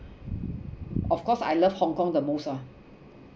of course I love hong-kong the most ah